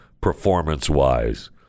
performance-wise